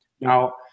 now